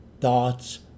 Thoughts